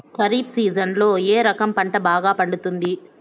ఖరీఫ్ సీజన్లలో ఏ రకం పంట బాగా పండుతుంది